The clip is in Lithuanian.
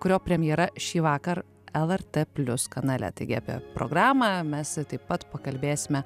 kurio premjera šįvakar lrt plius kanale taigi apie programą mes taip pat pakalbėsime